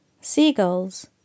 Seagulls